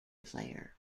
player